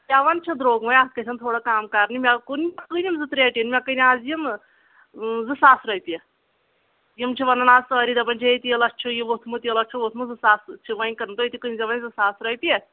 پٮ۪وان چھُ دروٚگ وۄنۍ اتھ گژھَن تھوڑا کم کرنہِ مےٚ کُن کٕنم زٕ ترٚے ٹیٖن مےٚ کٕنۍ آز یم زٕ ساس رۄپیہ یِم چھِ ونان آز سٲری دپان چھِ ہے تیٖلس چھُ یہ ووٚتھمُت تیٖلس چھُ ووٚتھمُت زٕ ساس چھ وۄنۍ کٕن تُہۍ تہِ کٕنۍ زٮ۪و وۄنۍ زٕ ساس رۄپیہ